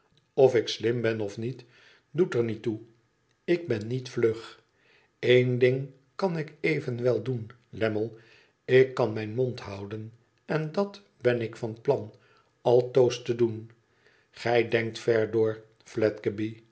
of ik slim ben of niet doet er niet toe ik ben niet vlug één ding kan ik evenwel doen lammie ik kan mijn mond houden en dat ben ik van plan altoos te doen gij denkt ver door